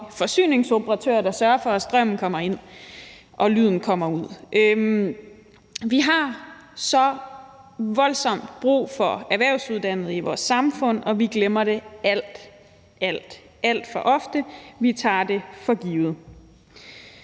forsyningsoperatører, der sørger for, at strømmen kommer ind og lyden kommer ud. Vi har så voldsomt brug for erhvervsuddannede i vores samfund, og vi glemmer det alt, alt for ofte; vi tager dem for givet.